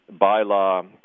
bylaw